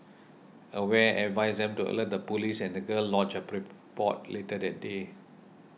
aware advised them to alert the police and the girl lodged a report later that day